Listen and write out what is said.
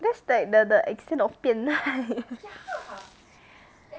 that's like the the extent of 变态